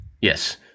Yes